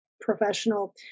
professional